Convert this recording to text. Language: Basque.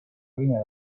egina